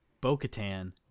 Bo-Katan